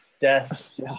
Death